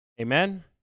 amen